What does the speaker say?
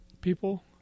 people